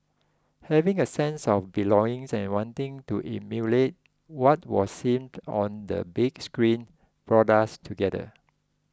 having a sense of belongings and wanting to emulate what was seen on the big screen brought us together